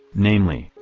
namely,